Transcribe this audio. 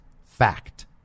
fact